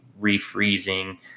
refreezing